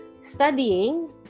studying